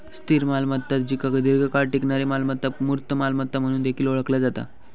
स्थिर मालमत्ता जिका दीर्घकाळ टिकणारी मालमत्ता, मूर्त मालमत्ता म्हणून देखील ओळखला जाता